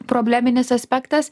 probleminis aspektas